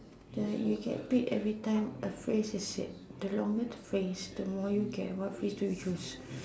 the you get paid everytime a phrase is said the longer the phrase the more you get what phrase do you choose